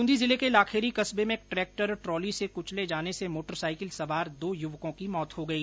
बूंदी जिले के लाखेरी कस्बे में एक ट्रेक्टर ट्रॉली से कुचले जाने से मोटर साइकिल सवार दो युवकों की मौत हो गई